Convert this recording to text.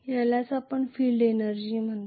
यालाच आपण field energy म्हणतो